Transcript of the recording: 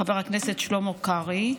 חבר הכנסת שלמה קרעי,